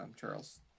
Charles